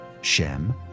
Shem